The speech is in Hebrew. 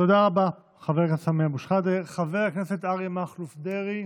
תודה רבה, חבר הכנסת סמי אבו שחאדה.